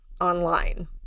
online